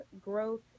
growth